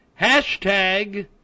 hashtag